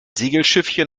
segelschiffchen